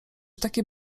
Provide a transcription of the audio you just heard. takie